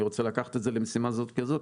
אני רוצה לקחת את זה למשימה כזאת וכזה',